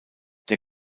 der